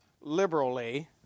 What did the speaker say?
liberally